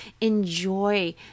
enjoy